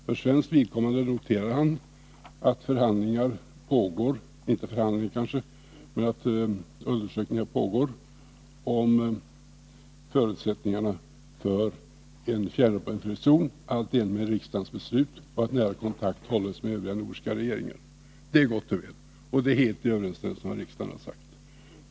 För svenskt vidkommande, noterade han, pågår undersökningar om förutsättningarna för en kärnvapenfri zon i enlighet med riksdagens beslut, och nära kontakt hålls med övriga nordiska regeringar. Det är gott och väl, och det är helt i överensstämmelse med vad riksdagen har uttalat.